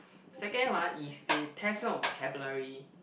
second one is they test you on vocabulary